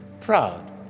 proud